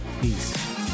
peace